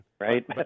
right